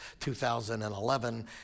2011